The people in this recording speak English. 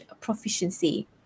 proficiency